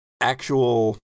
actual